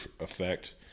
effect